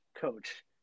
coach